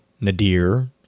Nadir